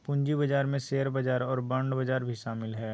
पूँजी बजार में शेयर बजार और बांड बजार भी शामिल हइ